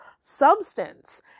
substance